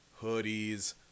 Hoodies